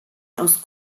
aus